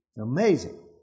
Amazing